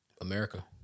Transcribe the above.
America